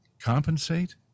compensate